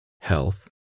health